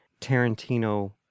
Tarantino